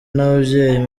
n’ababyeyi